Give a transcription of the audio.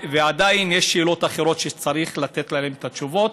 ועדיין יש שאלות אחרות שצריך לתת עליהן את התשובות,